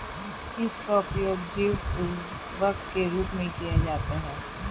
किसका उपयोग जैव उर्वरक के रूप में किया जाता है?